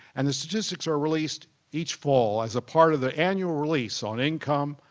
and the statistics are released each fall as a part of the annual release on income,